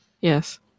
Yes